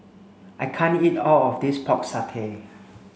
I can't eat all of this pork satay